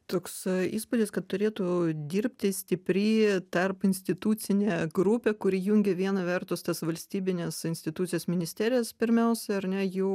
toks įspūdis kad turėtų dirbti stipri tarpinstitucinė grupė kuri jungia viena vertus tas valstybines institucijas ministerijas pirmiausia ar ne jų